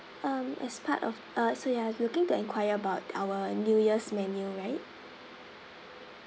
um as part of uh so you are looking to enquire about our new year's menu right